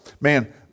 man